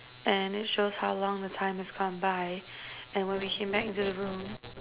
and it shows how long the time has gone by and when we came back into the room